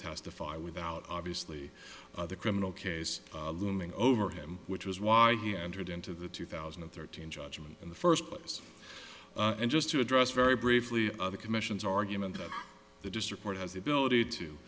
testify without obviously the criminal case looming over him which was why he entered into the two thousand and thirteen judgment in the first place and just to address very briefly the commission's argument that the district court has the ability to